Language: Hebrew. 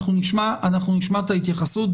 אנחנו נשמע את ההתייחסות.